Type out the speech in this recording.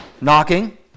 knocking